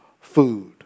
food